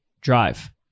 drive